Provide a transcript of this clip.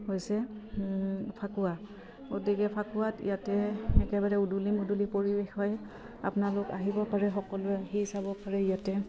হৈছে ফাকুৱা গতিকে ফাকুৱাত ইয়াতে একেবাৰে উদুলি মুদুলি পৰিৱেশ হয় আপোনালোক আহিব পাৰে সকলোৱে আহি চাব পাৰে ইয়াতে